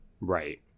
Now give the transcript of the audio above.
right